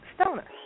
stoner